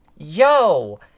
Yo